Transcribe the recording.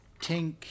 Tink